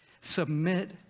Submit